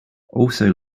also